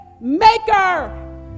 maker